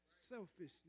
Selfishness